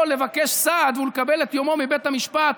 לבקש סעד ולקבל את יומו מבית המשפט.